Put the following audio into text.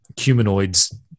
humanoids